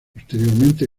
posteriormente